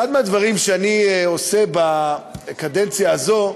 אחד הדברים שאני עושה בקדנציה הזו,